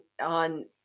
on